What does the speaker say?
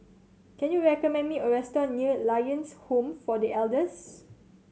can you recommend me a restaurant near Lions Home for The Elders